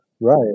Right